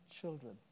children